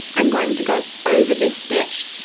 i'm going to go over this stitch,